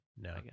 no